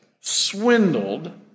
swindled